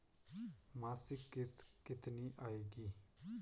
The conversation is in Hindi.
मासिक किश्त कितनी आएगी?